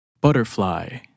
butterfly